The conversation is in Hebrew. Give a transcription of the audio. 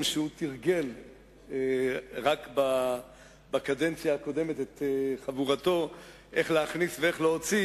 שהוא תרגל רק בקדנציה הקודמת את חבורתו איך להכניס ואיך להוציא,